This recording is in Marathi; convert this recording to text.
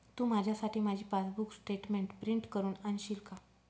तू माझ्यासाठी माझी पासबुक स्टेटमेंट प्रिंट करून आणशील का?